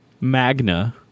Magna